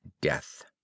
death